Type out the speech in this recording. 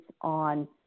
on